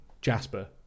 Jasper